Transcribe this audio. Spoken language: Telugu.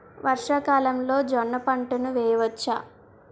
వర్షాకాలంలో జోన్న పంటను వేయవచ్చా?